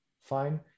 fine